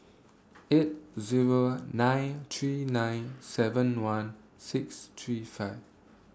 eight Zero nine three nine seven one six three five